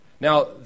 Now